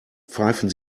pfeifen